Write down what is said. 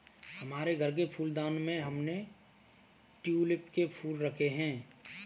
हमारे घर के फूलदान में हमने ट्यूलिप के फूल रखे हैं